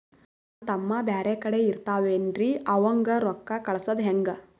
ನಮ್ ತಮ್ಮ ಬ್ಯಾರೆ ಕಡೆ ಇರತಾವೇನ್ರಿ ಅವಂಗ ರೋಕ್ಕ ಕಳಸದ ಹೆಂಗ?